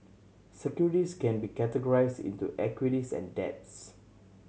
can be categorized into equities and debts